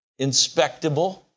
inspectable